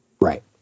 Right